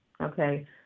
okay